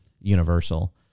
universal